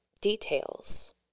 details